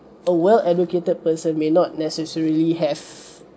a well educated person may not necessarily have